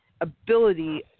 ability